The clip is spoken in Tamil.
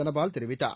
தனபால் தெரிவித்தார்